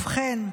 ובכן,